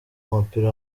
w’umupira